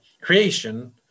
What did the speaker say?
creation